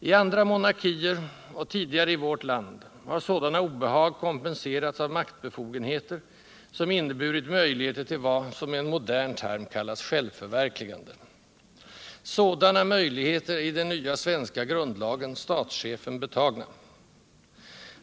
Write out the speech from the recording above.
I andra monarkier, och tidigare i vårt land, har sådana obehag kompenserats av maktbefogenheter som inneburit möjligheter till vad som med en modern term kallas ”självförverkligande”. Sådana möjligheter är i den nya svenska grundlagen statschefen betagna.